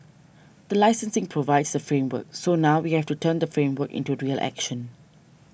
the licensing provides the framework so now we have to turn the framework into real action